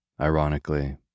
ironically